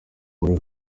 muri